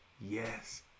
yes